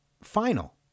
final